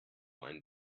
ein